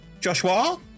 Joshua